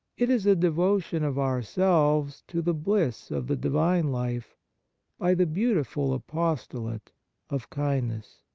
it is a devotion of ourselves to the bliss of the divine life by the beautiful apostolate of kindness.